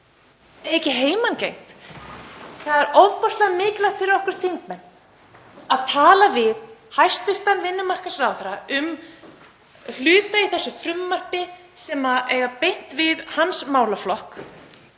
ekki þá afsökun. Það er ofboðslega mikilvægt fyrir okkur þingmenn að tala við hæstv. vinnumarkaðsráðherra um hluti í þessu frumvarpi sem eiga beint við hans málaflokk.